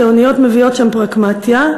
שאוניות מביאות שם פרקמטיא",